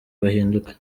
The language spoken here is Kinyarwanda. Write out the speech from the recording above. bahinduka